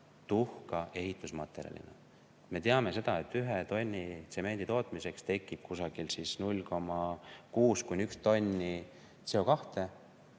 tuhka ehitusmaterjalina. Me teame seda, et ühe tonni tsemendi tootmiseks tekib 0,6–1 tonni CO2.